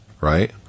Right